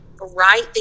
right